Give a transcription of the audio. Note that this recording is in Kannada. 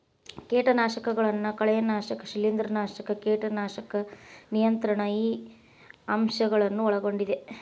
ಕೇಟನಾಶಕಗಳನ್ನು ಕಳೆನಾಶಕ ಶಿಲೇಂಧ್ರನಾಶಕ ಕೇಟನಾಶಕ ನಿಯಂತ್ರಣ ಈ ಅಂಶ ಗಳನ್ನು ಒಳಗೊಂಡಿದೆ